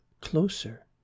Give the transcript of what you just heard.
closer